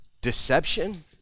deception